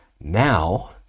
Now